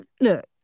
look